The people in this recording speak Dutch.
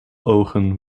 ogen